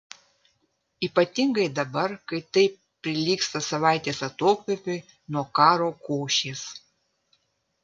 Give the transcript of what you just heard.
ypatingai dabar kai tai prilygsta savaitės atokvėpiui nuo karo košės